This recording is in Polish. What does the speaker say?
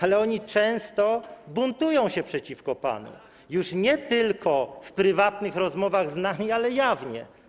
Ale oni często buntują się przeciwko panu, już nie tylko w prywatnych rozmowach z nami, ale jawnie.